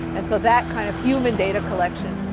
and so that kind of human data collection,